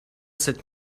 cette